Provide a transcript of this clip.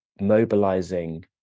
mobilizing